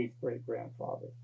great-grandfather